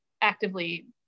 actively